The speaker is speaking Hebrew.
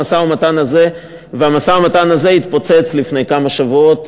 המשא-ומתן הזה התפוצץ לפני כמה שבועות.